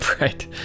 Right